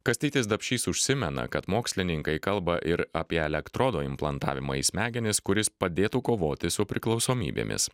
kastytis dapšys užsimena kad mokslininkai kalba ir apie elektrodo implantavimą į smegenis kuris padėtų kovoti su priklausomybėmis